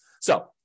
So-